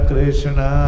Krishna